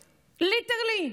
ליטרלי.